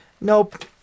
nope